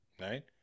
Right